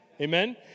Amen